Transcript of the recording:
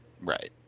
Right